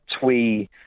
twee